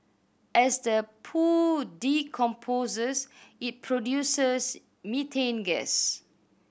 as the poo decomposes it produces methane gas